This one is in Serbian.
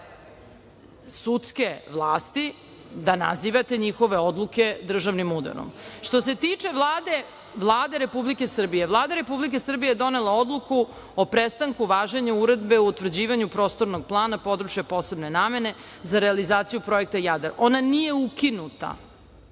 sudske vlasti da nazivate njihove odluke državnim udarom. Što se tiče Vlade Republike Srbije, Vlada Republike Srbije je donela odluku o prestanku važenja Uredbe o utvrđivanju Prostornog plana područja posebne namene za realizaciju projekta „Jadar“. Ona nije ukinuta,